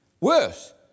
Worse